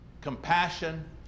compassion